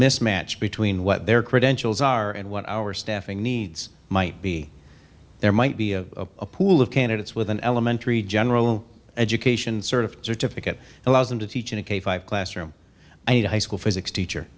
mismatch between what their credentials are and what our staffing needs might be there might be a pool of candidates with an elementary general education sort of certificate allows them to teach in a cave five classroom i need a high school physics teacher